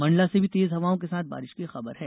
मंडला से भी तेज हवाओं के साथ बारिश की खबर है